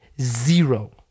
zero